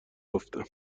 گفتم